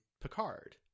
Picard